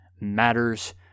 matters